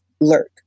lurk